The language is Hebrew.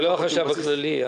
זה לא החשב הכללי,